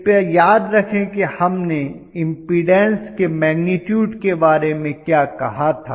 कृपया याद रखें कि हमने इम्पीडन्स के मैग्निटूड के बारे में क्या कहा था